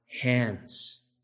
hands